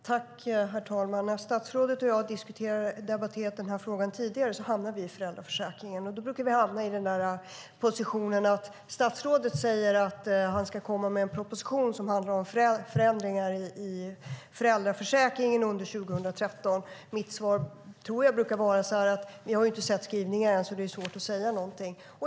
Herr talman! När statsrådet och jag debatterar den här frågan brukar vi hamna i föräldraförsäkringen. Vi brukar hamna i att statsrådet säger att han under 2013 ska komma med en proposition som handlar om förändringar i föräldraförsäkringen. Mitt svar brukar vara att vi inte har sett skrivningen ännu så det är svårt att säga något.